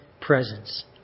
presence